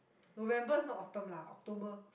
November is not Autumn lah October